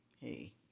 Hey